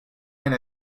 and